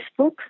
Facebook